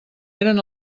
eren